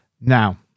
Now